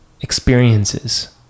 experiences